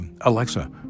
Alexa